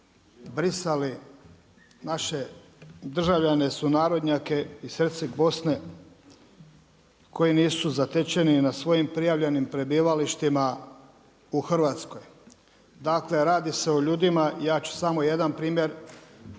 brisali naše državljane, sunarodnjake iz Herceg Bosne, koji nisu zatečeni na svojim prijavljenih prebivalištima u Hrvatskoj. Dakle, radi se o ljudima, ja ću samo jedan primjer